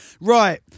Right